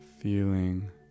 feeling